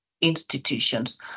institutions